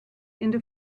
into